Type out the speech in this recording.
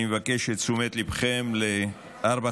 אני מבקש את תשומת ליבכם ארבע,